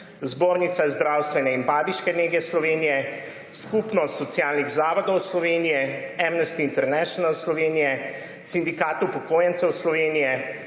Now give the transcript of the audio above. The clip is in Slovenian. Zbornica zdravstvene in babiške nege Slovenije, Skupnost socialnih zavodov Slovenije, Amnesty International Slovenije, Sindikat upokojencev Slovenije,